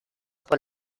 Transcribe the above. por